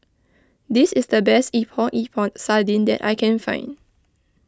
this is the best Epok Epok Sardin that I can find